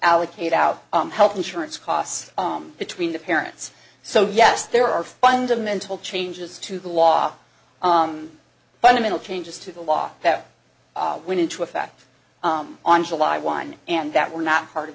allocate out health insurance costs between the parents so yes there are fundamental changes to the law fundamental changes to the law that went into effect on july one and that were not part of